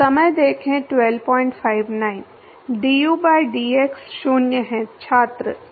du by dx 0 है